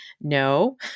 no